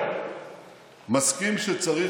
אז אפשר.